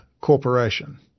Corporation